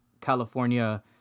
California